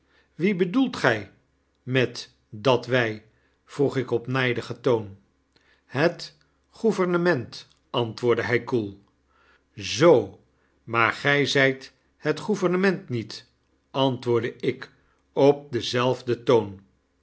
wie bedoelt gy met dat wy vroeg ik op nydigen toon het gouvernement antwoordde hij koel zoo maar gy zyt het gouvernement niet antwoordde ik op denzelfden toon